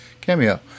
cameo